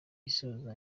isoza